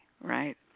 right